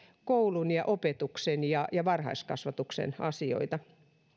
koulun ja opetuksen ja ja varhaiskasvatuksen asioita